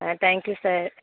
ah thank you sir